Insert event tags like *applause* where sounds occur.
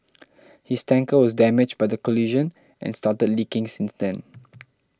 his tanker was damaged by the collision and started leaking since then *noise*